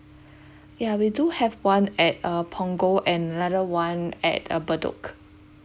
ya we do have one at uh punggol and another one at uh bedok